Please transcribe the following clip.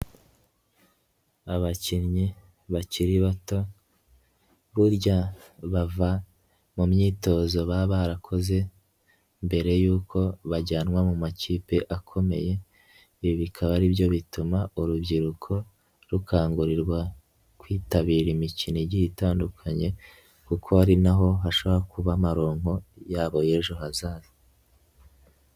Abakinnyi bakiri bato burya bava mu myitozo baba barakoze mbere yuko bajyanwa mu makipe akomeye, ibi bikaba ari byo bituma urubyiruko rukangurirwa kwitabira imikino igiye itandukanye kuko ari na ho hashobora kuba amaronko yabo y'ejo hazaza.